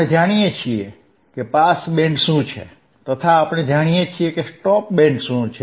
આપણે જાણીએ છીએ કે પાસ બેન્ડ શું છે તથા આપણે જાણીએ છીએ કે સ્ટોપ બેન્ડ શું છે